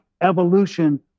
evolution